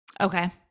Okay